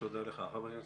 תודה רבה.